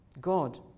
God